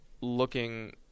looking